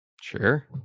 sure